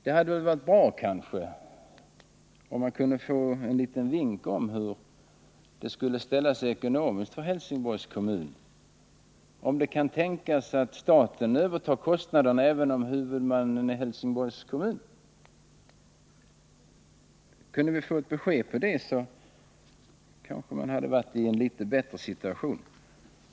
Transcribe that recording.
Det hade då varit bra om man hade kunnat få en liten vink om hur det skulle ställa sig ekonomiskt för Helsingborgs kommun om det kan tänkas att staten övertar kostnaderna för karantänsverksamheten även om Helsingborgs kommun är huvudman. Hade vi kunnat få något besked om det, kanske situationen nu hade varit litet bättre.